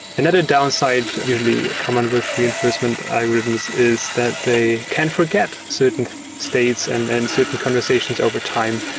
another downside usually come on with reinforcement algorithms is that they can forget certain states and and certain conversations over time.